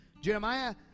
Jeremiah